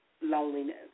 loneliness